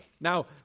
Now